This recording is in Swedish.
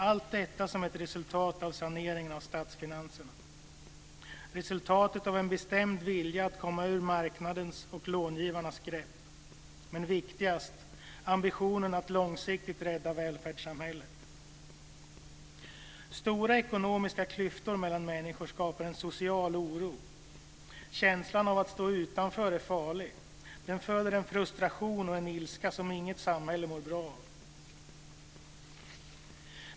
Allt detta är ett resultat av saneringen av statsfinanserna och en bestämd vilja att komma ur marknadens och långivarnas grepp, men viktigast, ambitionen att långsiktigt rädda välfärdssamhället. Stora ekonomiska klyftor mellan människor skapar en social oro. Känslan av att stå utanför är farlig. Den föder en frustration och en ilska som inget samhället mår bra av.